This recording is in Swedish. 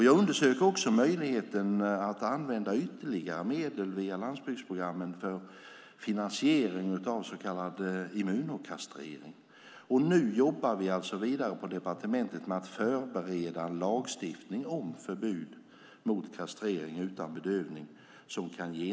Jag undersöker också möjligheten att använda ytterligare medel via landsbygdsprogrammen för finansiering av så kallad immunokastrering. Nu jobbar vi alltså vidare på departementet med att förbereda en lagstiftning som kan genomföras om förbud mot kastrering utan bedövning.